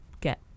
get